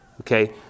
Okay